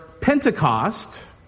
Pentecost